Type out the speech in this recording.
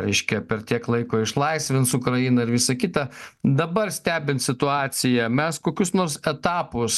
reiškia per tiek laiko išlaisvins ukraina ir visa kita dabar stebint situaciją mes kokius nors etapus